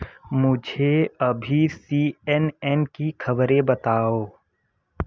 मुझे अभी C N N की खबरें बताओ